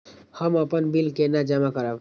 हम अपन बिल केना जमा करब?